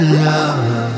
love